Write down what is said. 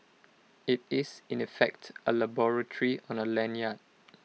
IT is in effect A laboratory on A lanyard